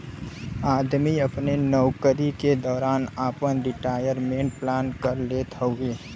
आदमी अपने नउकरी के दौरान आपन रिटायरमेंट प्लान कर लेत हउवे